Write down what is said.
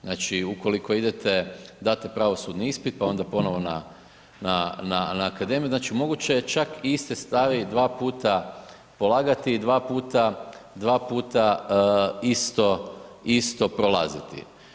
Znači, ukoliko idete dati pravosudni ispit, pa onda ponovo na akademiju, znači, moguće je čak iste stvari dva puta polagati i dva puta isto prolaziti.